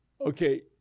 okay